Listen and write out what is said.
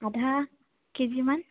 আধা কেজিমান